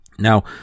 Now